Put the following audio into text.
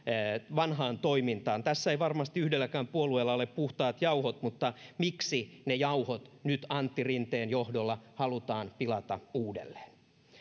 vanhaan toimintaan tässä ei varmasti yhdelläkään puolueella ole puhtaat jauhot mutta miksi ne jauhot nyt antti rinteen johdolla halutaan pilata uudelleen